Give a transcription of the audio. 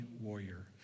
warrior